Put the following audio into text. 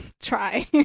try